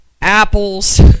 apples